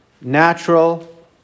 natural